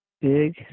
big